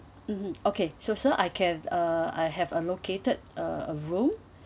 mmhmm okay so sir I can uh I have allocated a a room